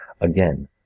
again